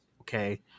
Okay